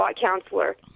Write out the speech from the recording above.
counselor